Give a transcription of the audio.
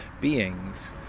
beings